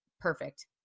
perfect